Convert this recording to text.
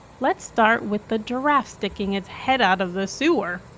let's start with the giraffe sticking its head out of the sewer.